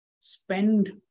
Spend